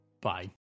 Bye